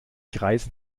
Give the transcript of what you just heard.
kreisen